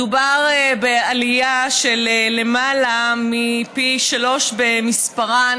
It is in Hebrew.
מדובר בעלייה של יותר מפי שלושה במספרן